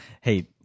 hey